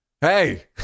hey